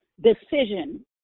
decision